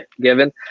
given